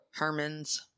Hermans